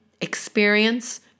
experience